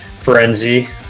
frenzy